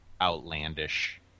outlandish